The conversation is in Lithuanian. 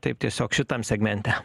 taip tiesiog šitam segmente